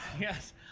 Yes